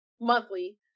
monthly